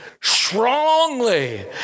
strongly